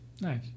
Nice